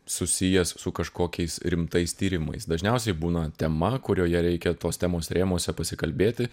susijęs su kažkokiais rimtais tyrimais dažniausiai būna tema kurioje reikia tos temos rėmuose pasikalbėti